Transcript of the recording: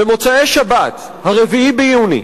במוצאי-שבת, 4 ביוני,